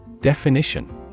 Definition